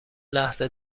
لحظه